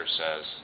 says